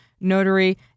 notary